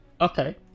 Okay